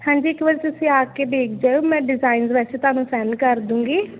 ਹਾਂਜੀ ਇੱਕ ਵਾਰ ਤੁਸੀਂ ਆ ਕੇ ਦੇਖ ਜਾਇਓ ਮੈਂ ਡਿਜ਼ਾਇਨ ਵੈਸੇ ਤੁਹਾਨੂੰ ਸੈਂਡ ਕਰ ਦੂੰਗੀ